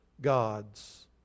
gods